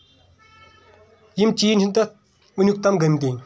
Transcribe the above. یِم چینج چھِ نہٕ تَتھ وُنیُک تام گٔمتی